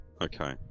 okay